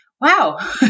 wow